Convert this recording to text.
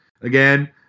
Again